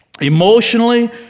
Emotionally